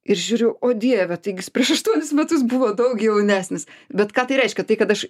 ir žiūriu o dieve taigi jis prieš aštuonis metus buvo daug jaunesnis bet ką tai reiškia tai kad aš